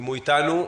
אדוני,